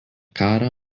karą